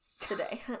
today